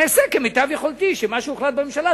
אעשה כמיטב יכולתי שמה שהוחלט בממשלה,